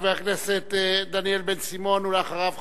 חבר הכנסת דניאל בן-סימון, ואחריו,